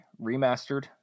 Remastered